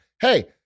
Hey